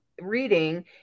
reading